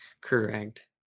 Correct